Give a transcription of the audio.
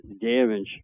damage